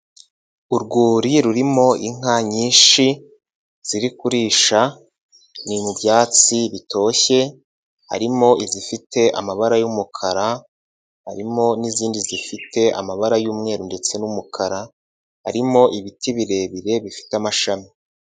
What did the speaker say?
Urwuri rurimo inka nyinshi ziri kurisha ni mu byatsi bitoshye harimo izifite amabara y'umukara, harimo n'izindi zifite amabara y'umweru ndetse n'umukara, harimo ibiti birebire bifite amashami.